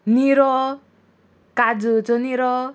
निरो काजूचो निरो